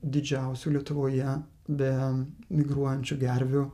didžiausių lietuvoje be migruojančių gervių